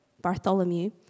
Bartholomew